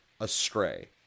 astray